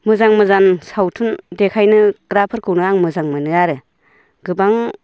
मोजां मोजां सावथुन देखायग्राफोरखौ आं मोजां मोनो आरो गोबां